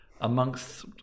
amongst